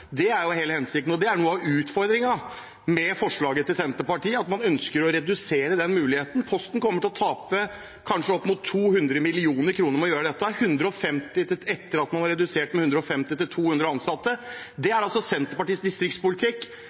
Det er jo hele hensikten, og noe av utfordringen med forslaget til Senterpartiet er at man ønsker å redusere den muligheten. Posten kommer til å tape kanskje opp mot 200 mill. kr ved å gjøre dette, etter at man har redusert med 150–200 ansatte. Dette er altså Senterpartiets distriktspolitikk: